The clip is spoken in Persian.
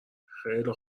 خیلی